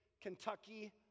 Kentucky